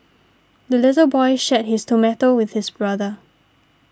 the little boy shared his tomato with his brother